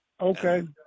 Okay